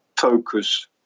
focus